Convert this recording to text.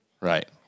Right